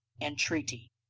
entreaty